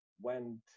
went